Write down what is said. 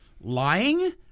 lying